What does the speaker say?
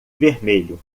vermelho